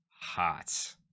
hot